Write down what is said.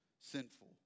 sinful